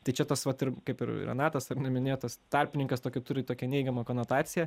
tai čia tas vat ir kaip ir renatas ar ne minėtas tarpininkas tokį turi tokią neigiamą konotaciją